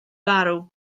farw